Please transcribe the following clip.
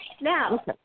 Now